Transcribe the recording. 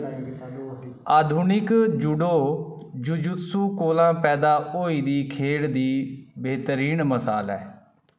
आधुनिक judo jujutsu कोला पैदा होई दी खेढ दी बेह्तरीन मसाल ऐ